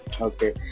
Okay